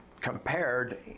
compared